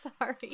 sorry